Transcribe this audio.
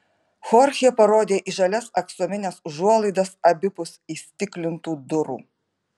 chorchė parodė į žalias aksomines užuolaidas abipus įstiklintų durų